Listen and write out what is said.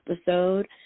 episode